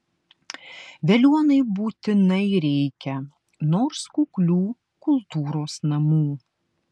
veliuonai būtinai reikia nors kuklių kultūros namų